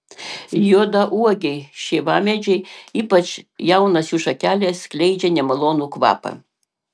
juodauogiai šeivamedžiai ypač jaunos jų šakelės skleidžia nemalonų kvapą